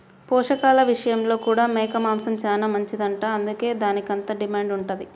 పోషకాల విషయంలో కూడా మేక మాంసం చానా మంచిదంట, అందుకే దానికంత డిమాండ్ ఉందంట